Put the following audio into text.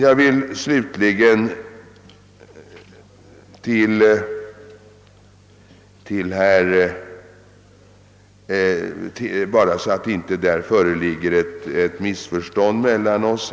Jag vill slutligen rikta mig till herr Bohman för att undvika att något missförstånd uppstår mellan oss.